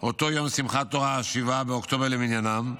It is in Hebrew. אותו יום שמחת תורה, 7 באוקטובר למניינם,